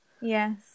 Yes